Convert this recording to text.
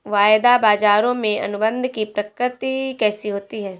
वायदा बाजारों में अनुबंध की प्रकृति कैसी होती है?